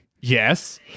Yes